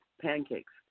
pancakes